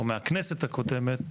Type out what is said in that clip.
או מהכנסת הקודמת,